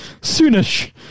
soonish